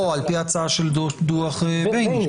לא, על-פי ההצעה של דוח בייניש.